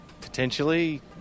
potentially